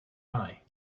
eye